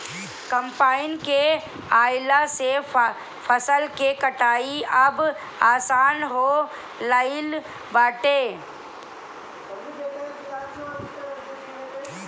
combine के आइला से फसल के कटाई अब आसान हो गईल बाटे